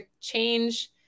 change